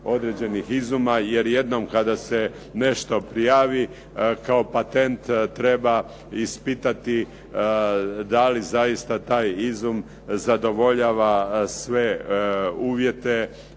izuma jer jednom kada se nešto prijavi kao patent treba ispitati da li zaista taj izum zadovoljava sve uvjete